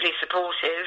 supportive